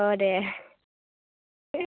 दे